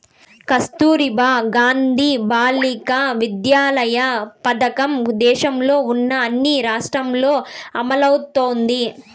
కస్తుర్బా గాంధీ బాలికా విద్యాలయ పథకం దేశంలో ఉన్న అన్ని రాష్ట్రాల్లో అమలవుతోంది